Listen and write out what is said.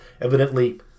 evidently